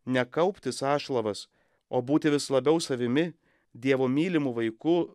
ne kaupti sąšlavas o būti vis labiau savimi dievo mylimu vaiku